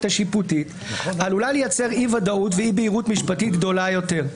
השיפוטית עלולה לייצר אי ודאות ואי בהירות משפטית גדולה יותר.